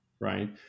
Right